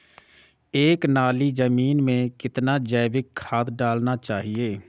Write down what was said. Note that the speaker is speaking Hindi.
एक नाली जमीन में कितना जैविक खाद डालना चाहिए?